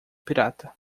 pirata